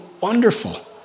wonderful